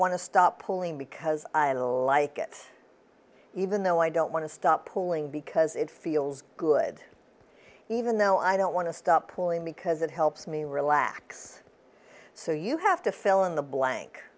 want to stop pulling because i like it even though i don't want to stop pulling because it feels good even though i don't want to stop pulling because it helps me relax so you have to fill in the blank